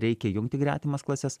reikia jungti gretimas klases